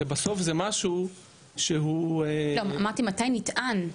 הרי בסוף, זה משהו --- לא, אמרתי, מתי נטען?